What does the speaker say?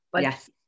Yes